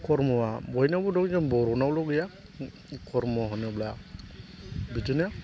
खरम'आ बयनावबो दं जों बर'नावल गैया खरम' होनोब्ला बिदिनो